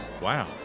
Wow